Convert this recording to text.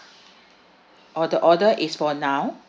or the order is for now